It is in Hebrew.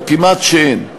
או כמעט אין.